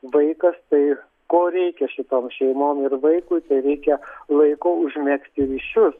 vaikas tai ko reikia šitom šeimom ir vaikui reikia laiko užmegzti ryšius